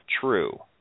true